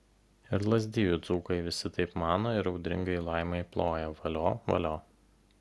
ir lazdijų dzūkai visi taip mano ir audringai laimai ploja valio valio